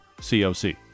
COC